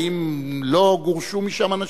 האם לא גורשו משם אנשים?